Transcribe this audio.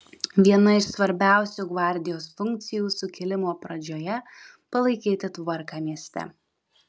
viena iš svarbiausių gvardijos funkcijų sukilimo pradžioje palaikyti tvarką mieste